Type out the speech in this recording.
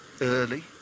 early